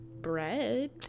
bread